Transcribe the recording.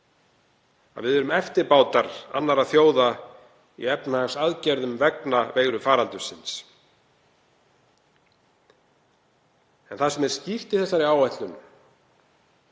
að við erum eftirbátar annarra þjóða í efnahagsaðgerðum vegna veirufaraldursins. En það sem er skýrt í þessari áætlun